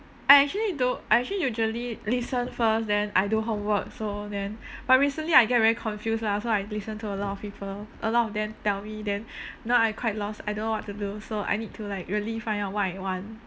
I actually though I actually usually listen first then I do homework so then but recently I get very confuse lah so I listen to a lot of people a lot of them tell me then now I quite lost I don't know what to do so I need to like really find out what I want